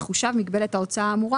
תחושב מגבלת ההוצאה האמורה.